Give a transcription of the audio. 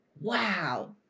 wow